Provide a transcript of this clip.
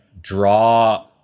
draw